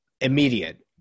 immediate